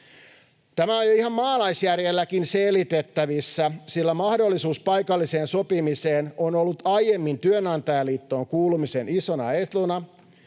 Tämä on jo ihan maalaisjärjelläkin selitettävissä, sillä mahdollisuus paikalliseen sopimiseen on ollut aiemmin työnantajaliittoon kuulumisen isona etuna,